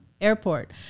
airport